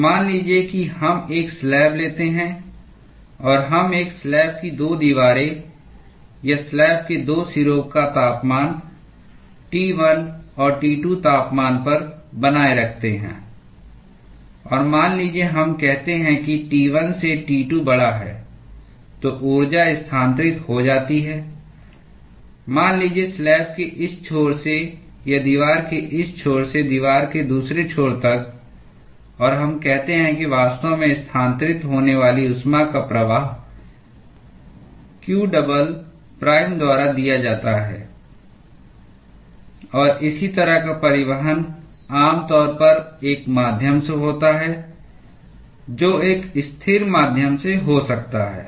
तो मान लीजिए कि हम एक स्लैब लेते हैं और हम एक स्लैब की 2 दीवारों या स्लैब के 2 सिरों का तापमान T 1 और T 2 तापमान पर बनाए रखते हैं और मान लीजिए हम कहते हैं कि T1 से T2 बड़ा है तो ऊर्जा स्थानांतरित हो जाती है मान लीजिए स्लैब के इस छोर से या दीवार के इस छोर से दीवार के दूसरे छोर तक और हम कहते हैं कि वास्तव में स्थानांतरित होने वाली ऊष्मा का प्रवाह q डबल प्राइम द्वारा दिया जाता है और इस तरह का परिवहन आमतौर पर एक माध्यम से होता है जो एक स्थिर माध्यम हो सकता है